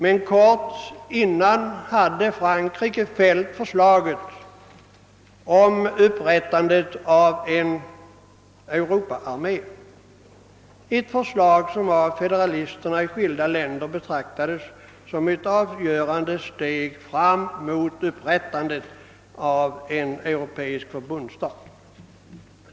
Men kort dessförinnan hade Frankrike fällt förslaget om upprättandet av en europaarmé, ett förslag som av federalisterna i skilda länder betraktades som ett avgörande steg fram mot upprättandet av en europeisk förbundsstat.